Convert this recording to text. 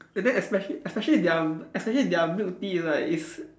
and then especially especially their especially their milk tea right is